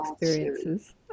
experiences